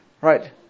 right